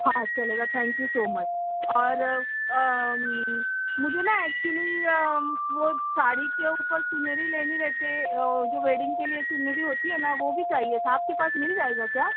ہاں چلے گا تھینک یو سو مچ اور مجھے نہ ایکچولی وہ ساڑی کے اوپر چُنری لینی رہتے جو ویڈنگ کے لیے چُنری ہوتی ہے نا وہ بھی چاہیے تھا آپ کے پاس مل جائے گا کیا